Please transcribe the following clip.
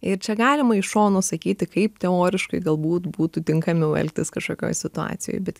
ir čia galima iš šono sakyti kaip teoriškai galbūt būtų tinkamiau elgtis kažkokioj situacijoj bet